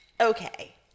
Okay